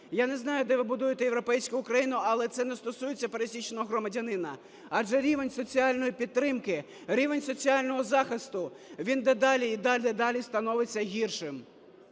Я не знаю, де ви будуєте європейську Україну, але це не стосується пересічного громадянина, адже рівень соціальної підтримки, рівень соціального захисту, він дедалі і дедалі становиться гіршим.